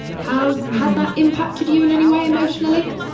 how's, has that impacted you in any way emotionally?